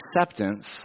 acceptance